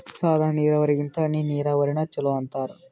ಸಾದ ನೀರಾವರಿಗಿಂತ ಹನಿ ನೀರಾವರಿನ ಚಲೋ ಅಂತಾರ